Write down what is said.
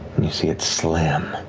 and you see it slam